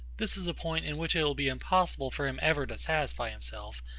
this is a point in which it will be impossible for him ever to satisfy himself,